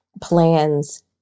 plans